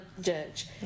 judge